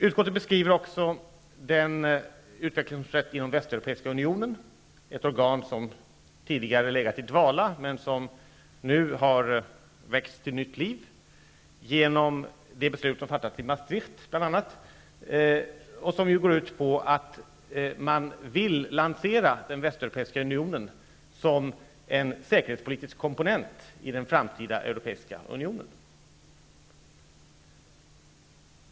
Utskottet beskriver också den utveckling som skett inom Västeuropeiska unionen, ett organ som tidigare legat i dvala, men som nu har väckts till nytt liv bl.a. genom det beslut som fattades i Maastricht. Det går ut på att man vill lansera Västeuropeiska unionen som en säkerhetspolitisk komponent i den framtida europeiska unionen.